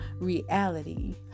reality